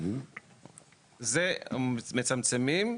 את זה מצמצמים,